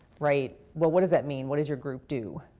right? well, what does that mean? what did your group do?